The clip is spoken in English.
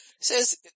says